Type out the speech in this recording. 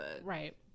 Right